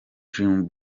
dream